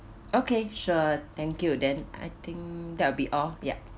okay sure thank you then I think that will be all yup